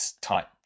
type